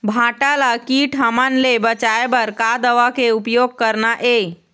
भांटा ला कीट हमन ले बचाए बर का दवा के उपयोग करना ये?